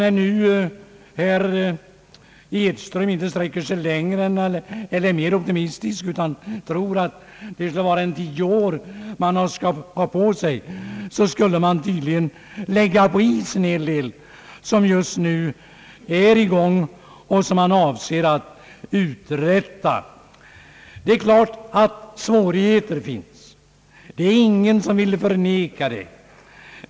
När nu herr Edström inte är mer optimistisk utan tror att man behöver ha tio år på sig, skulle tydligen en hel del läggas på is som just nu pågår och som vi avser att uträtta. Ingen vill förneka att det finns svårigheter.